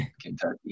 Kentucky